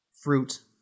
fruit